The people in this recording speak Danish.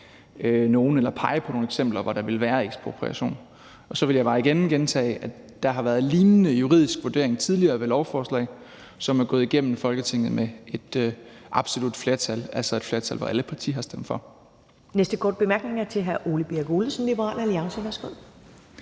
pege på nogen eksempler, hvor det ville være ekspropriation. Og så vil jeg bare gentage, at der har været en lignende juridisk vurdering ved tidligere lovforslag, som er gået igennem Folketinget med et absolut flertal, altså et flertal, hvor alle partier har stemt for.